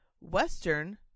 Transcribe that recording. Western